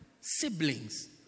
siblings